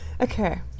Okay